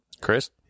chris